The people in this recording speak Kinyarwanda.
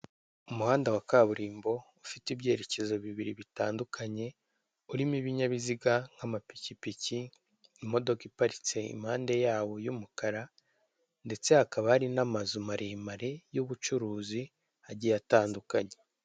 Umuhanda wa kaburimbo ufite ibyerekezo bibiri bitandukanye urimo ibinyabiziga nk'amapikipiki imodoka iparitse impande yawo y'umukara ndetse hakaba hari n'amazu maremare y'ubucuruzi agiye atandukanye.